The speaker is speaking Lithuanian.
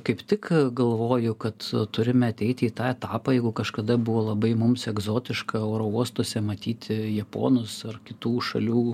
kaip tik galvoju kad turim ateiti į tą etapą jeigu kažkada buvo labai mums egzotiška oro uostuose matyti japonus ar kitų šalių